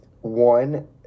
one